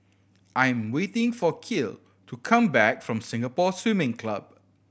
I'm waiting for Kiel to come back from Singapore Swimming Club